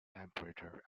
temperature